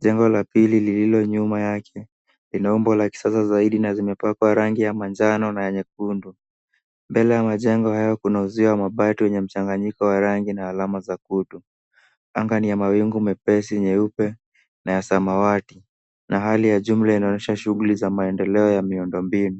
jengo la pili lililo nyuma yake lina umbo la kisasa zaidi na zimepakwa rangi ya manjano na yenye kundwa ,mbele ya majengo hayo kuna uzio wa mabati yenye mchanganyiko wa rangi na alama za kutu ,anga ni ya mawingu mepesi nyeupe na ya samawati na hali ya jumla inaonyesha shughuli za maendeleo ya miundo mbinu.